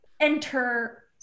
enter